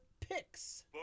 Picks